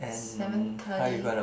seven thirty